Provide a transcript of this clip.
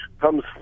comes